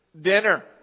dinner